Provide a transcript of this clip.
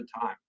time